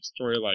storyline